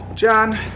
John